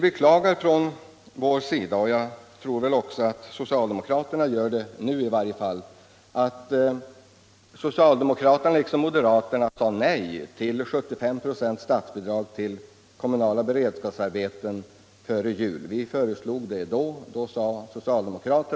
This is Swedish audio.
Från vår sida beklagar vi — och jag tror också att socialdemokraterna innerst inne gör det i varje fall nu — att socialdemokraterna liksom moderaterna före jul i fjol sade nej till 75 96 statsbidrag till kommunala beredskapsarbeten, vilket vi föreslog vid det tillfället.